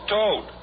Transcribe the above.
toad